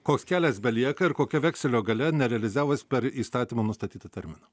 koks kelias belieka ir kokia vekselio galia nerealizavus per įstatymo nustatytą terminą